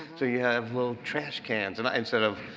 so you have little trash cans and instead of,